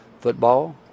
football